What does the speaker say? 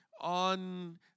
on